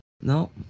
No